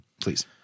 please